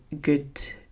good